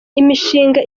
imishinga